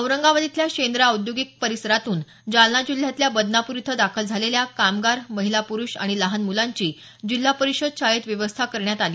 औरंगाबाद इथल्या शेंद्रा औद्योगिक परिसरातून जालना जिल्ह्यातल्या बदनापूर इथं दाखल झालेल्या कामगार महिला पुरुष आणि लहान मुलांची जिल्हा परिषद शाळेत व्यवस्था करण्यात आली